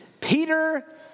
Peter